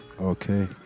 okay